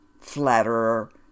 Flatterer